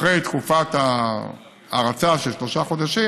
אחרי תקופת ההרצה של שלושה חודשים,